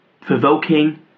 provoking